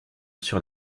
sur